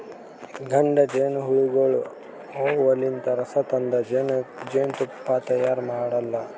ಗಂಡ ಜೇನಹುಳಗೋಳು ಹೂವಲಿಂತ್ ರಸ ತಂದ್ ಜೇನ್ತುಪ್ಪಾ ತೈಯಾರ್ ಮಾಡಲ್ಲಾ